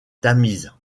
tamise